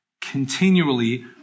continually